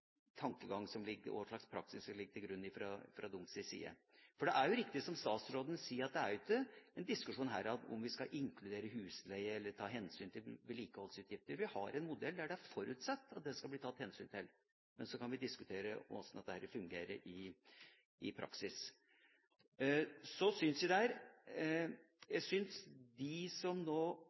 tankegang og hva slags praksis som ligger til grunn fra deres side. For det er riktig, som statsråden sier, at det er ikke en diskusjon her om vi skal inkludere husleie eller ta hensyn til vedlikeholdsutgifter. Vi har en modell der det er forutsatt at det skal bli tatt hensyn til, men så kan vi diskutere hvordan dette fungerer i praksis. Jeg synes de som nå går inn for kapitaltilskudd, kanskje bør skjele litt til den debatten vi nå har omkring barnehager, for der ser det ut som